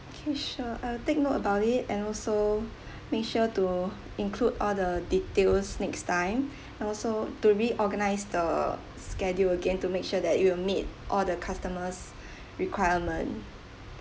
okay sure I'll take note about it and also makes sure to include all the details next time and also to reorganise the schedule again to make sure that it will meet all the customer's requirement